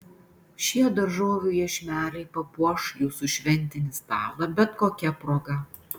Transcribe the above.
šie daržovių iešmeliai papuoš jūsų šventinį stalą bet kokia proga